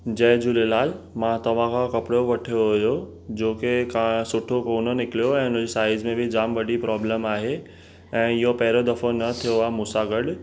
जय झूलेलाल मां तव्हां खां कपिड़ो वरितो हुयो जोके का सुठो कोन निकलियो ऐं उन जो साइज़ में बि जामु वॾी प्रॉब्लम आहे ऐं इहो पहिरियों दफ़ो न थियो आहे मूं सां गॾु